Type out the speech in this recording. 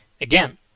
again